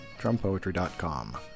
TrumpPoetry.com